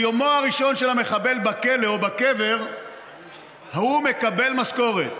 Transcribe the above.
מיומו הראשון של המחבל בכלא או בקבר הוא מקבל משכורת.